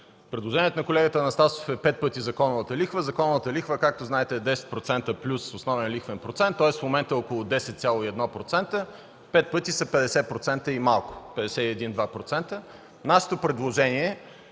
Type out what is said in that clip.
Предложението на колегата Анастасов е пет пъти законовата лихва. Тя, както знаете, е 10% плюс основен лихвен процент, тоест, в момента има около 10,1%, пет пъти са 50% плюс малко, 51-52%. Нашето предложение е